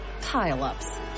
pile-ups